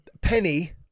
Penny